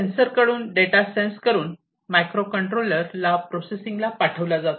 sensor कडून data sense करून microcontroller ला प्रोसेसिंगसाठी पाठवला जातो